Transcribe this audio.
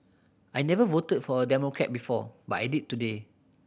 I never voted for a Democrat before but I did today